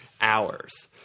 hours